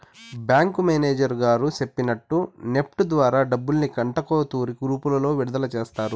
bank manager గారు సెప్పినట్టు NEFT ద్వారా డబ్బుల్ని గంటకో తూరి గ్రూపులుగా విడదల సేస్తారు